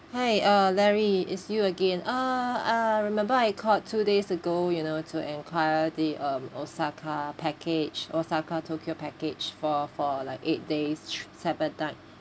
hi uh larry is you again uh uh remember I called two days ago you know to enquire the um osaka package osaka tokyo package for for like eight days thre~ seven night